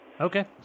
Okay